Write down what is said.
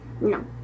No